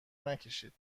نکشید